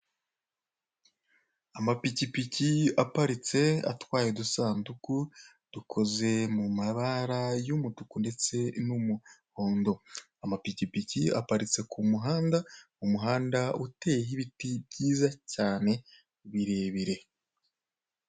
Amapikipiki aparitse, atwaye udusanduku dukoze mu mabara y'umutuku ndetse n'umuhondo. Amapikipiki aparitse ku muhanda, umuhanda uteyeho ibiti byiza cyane, birebire.